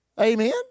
Amen